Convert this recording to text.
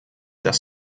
dass